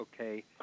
okay